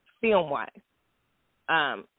film-wise